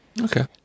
Okay